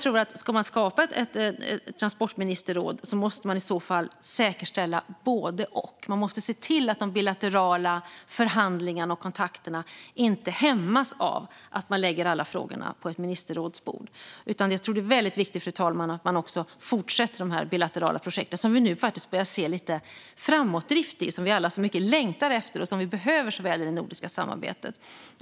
Om man ska skapa ett transportministerråd tror jag att man i så fall måste säkerställa både och. Man måste se till att de bilaterala förhandlingarna och kontakterna inte hämmas av att man lägger alla frågor på ett ministerrådsbord. Jag tror, fru talman, att det är väldigt viktigt att man också fortsätter med de bilaterala projekten som vi nu faktiskt börjar se lite framåtdrift i, som vi alla längtar efter så mycket och behöver så väl i det nordiska samarbetet.